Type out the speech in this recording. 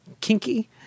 kinky